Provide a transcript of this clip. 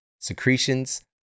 secretions